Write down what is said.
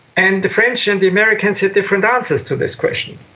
and the french and the americans had different answers to this question.